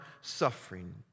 suffering